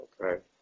Okay